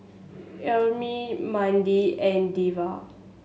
Ermine Mandi and Delwin